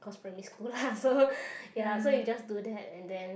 cause primary school lah so ya so you just do that and then